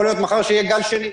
יכול להיות שמחר יהיה גל שני,